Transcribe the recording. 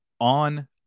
on